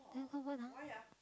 then what word ah